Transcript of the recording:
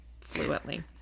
fluently